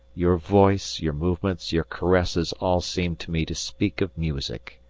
your voice, your movements, your caresses all seemed to me to speak of music.